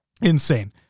insane